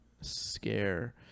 scare